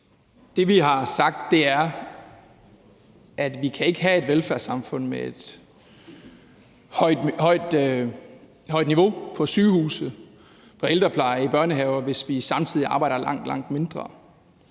vi har sagt, er, at vi ikke kan have et velfærdssamfund med et højt niveau på sygehuse, på ældrepleje og i børnehaver, hvis vi samtidig arbejder langt, langt